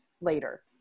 later